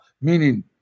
Meaning